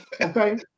Okay